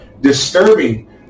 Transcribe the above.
disturbing